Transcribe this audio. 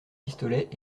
pistolets